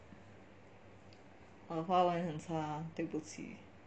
华文很差对不起